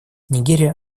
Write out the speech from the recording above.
нигерия